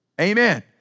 Amen